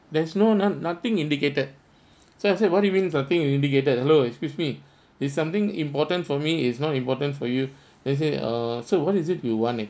there's no noth~ nothing indicated so I said what do you mean nothing in~ indicated hello excuse me it's something important for me it's not important for you they say err sir what is it you want eh